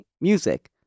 music